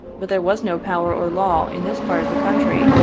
but there was no power or law in this part of the country,